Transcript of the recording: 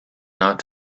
not